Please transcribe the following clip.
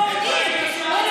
המקום שלך במקום אחר.